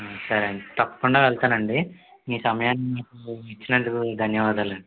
సరేనండి తప్పకుండ వెళ్తానండి మీ సమయాన్ని నాకు ఇచ్చినందుకు ధన్యవాదాలు అండి